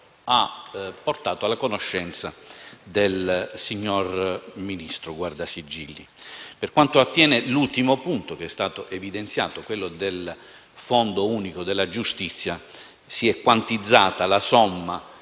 ha portato a conoscenza del signor Ministro guardasigilli. Per quanto attiene all'ultimo punto evidenziato, concernente il Fondo unico della giustizia, si è quantizzata la somma